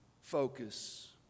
focus